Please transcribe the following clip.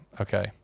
Okay